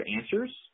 answers